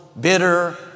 bitter